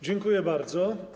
Dziękuję bardzo.